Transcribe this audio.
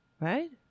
right